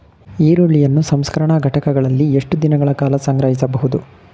ಈರುಳ್ಳಿಯನ್ನು ಸಂಸ್ಕರಣಾ ಘಟಕಗಳಲ್ಲಿ ಎಷ್ಟು ದಿನಗಳ ಕಾಲ ಸಂಗ್ರಹಿಸಬಹುದು?